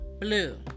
Blue